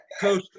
Coach